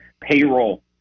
payroll